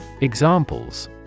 Examples